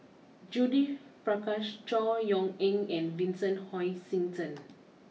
Judith Prakash Chor Yeok Eng and Vincent Hoisington